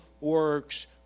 works